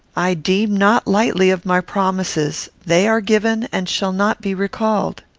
i deem not lightly of my promises. they are given, and shall not be recalled.